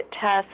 test